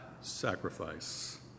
sacrifice